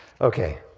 okay